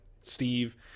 steve